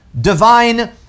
divine